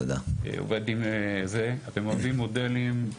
אתם אוהבים מודלים.